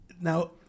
now